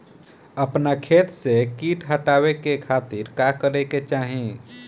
अपना खेत से कीट के हतावे खातिर का करे के चाही?